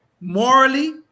morally